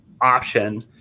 option